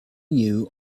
knew